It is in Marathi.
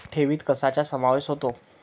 ठेवीत कशाचा समावेश होतो?